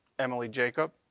emily jacob,